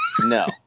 No